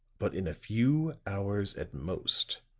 but in a few hours at most,